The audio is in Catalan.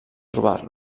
trobar